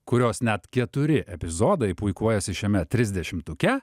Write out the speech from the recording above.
kurios net keturi epizodai puikuojasi šiame trisdešimtuke